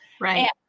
Right